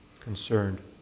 concerned